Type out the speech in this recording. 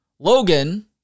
Logan